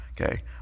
okay